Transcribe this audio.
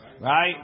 Right